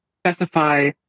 specify